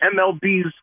MLB's